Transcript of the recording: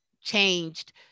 changed